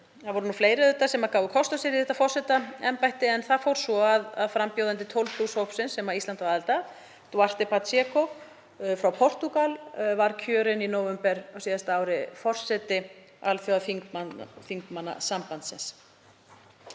Það voru fleiri sem gáfu kost á sér í forsetaembættið en það fór svo að frambjóðandi tólf plús hópsins sem Ísland á aðild, Duarte Pacheco frá Portúgal, var kjörinn í nóvember á síðasta ári forseti Alþjóðaþingmannasambandsins.